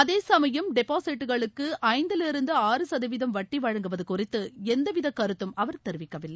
அதே சமயம் டெபாசிட்டுகளுக்கு ஐந்திலிருந்து ஆறு சதவீதம் வட்டி வழங்குவது குறித்து எந்தவித கருத்தும் அவர் தெரிவிக்கவில்லை